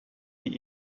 die